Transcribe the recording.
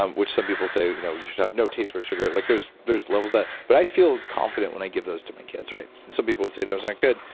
um which some people say you know you should have no taste for sugar. like there's there's levels of that, but i feel confident when i give those to my kids, right? some people would say those aren't good,